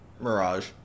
mirage